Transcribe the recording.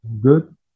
good